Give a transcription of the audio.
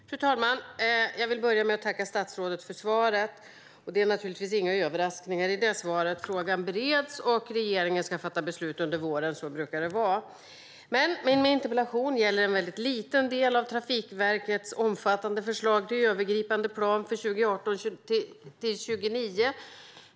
Fru talman! Jag vill börja med att tacka statsrådet för svaret, där det naturligtvis inte finns några överraskningar. Frågan bereds, och regeringen ska fatta beslut under våren. Så brukar det vara. Min interpellation gäller en liten del av Trafikverkets omfattande förslag till övergripande plan för 2018-2029.